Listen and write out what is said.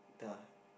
the